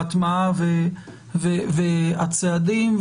ההטמעה והצעדים.